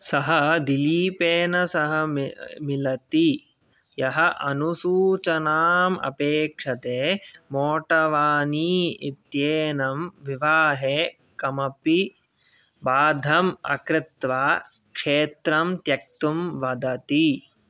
सः दिलीपेन सह मि मिलति यः अनुसूचनाम् उपेक्षते मोटवानी इत्येनं विवाहे किमपि बाधम् अकृत्वा क्षेत्रं त्यक्तुं वदति